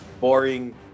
boring